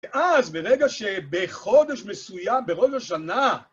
ואז ברגע שבחודש מסוים, בראש שנה,